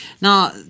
Now